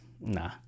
nah